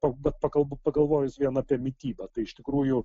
bet pakalbu pagalvojus vien apie mitybą tai iš tikrųjų